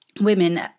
women